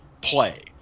play